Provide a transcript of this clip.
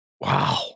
Wow